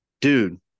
dude